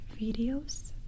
videos